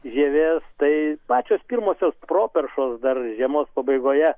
žievės tai pačios pirmosios properšos dar žiemos pabaigoje